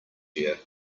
year